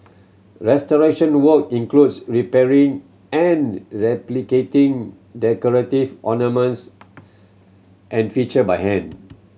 restoration work includes repairing and replicating decorative ornaments and feature by hand